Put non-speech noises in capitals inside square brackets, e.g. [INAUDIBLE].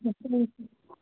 [UNINTELLIGIBLE]